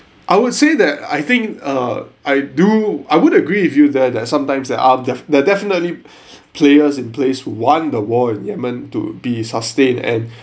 I would say that I think uh I do I would agree with you there that sometimes they are there there are definitely players in place want the war in yemen to be sustained and